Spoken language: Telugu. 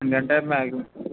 ఏంటంటే మ్యాగ్జిమం